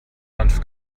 hanf